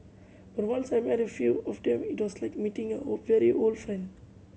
but once I met a few of them it was like meeting a very old friend